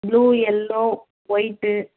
blue yellow white